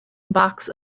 box